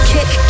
Kick